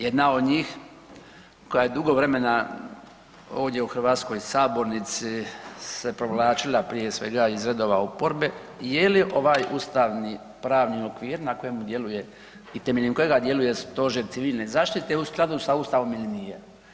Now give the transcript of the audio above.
Jedna od njih koja je dugo vremena ovdje u hrvatskoj sabornici se provlačila prije svega iz redova oporbe je li ovaj ustavni pravni okvir na kojemu djeluje i temeljem kojega djeluje stožer civilne zaštite u skladu sa ustavom ili nije?